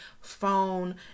phone